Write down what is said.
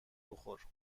بخور